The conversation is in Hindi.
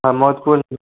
महमूदपुर